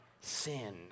sin